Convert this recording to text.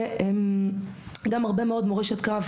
יש הרבה מורשת קרב,